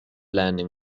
landing